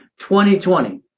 2020